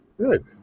good